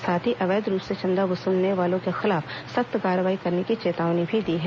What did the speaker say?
साथ ही अवैध रूप से चंदा वसूलने वालों के खिलाफ सख्त कार्यवाही करने की चेतावनी भी दी है